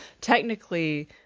Technically